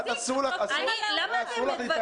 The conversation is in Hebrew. סליחה, אסור לך להתערב --- למה אתם מתווכחים?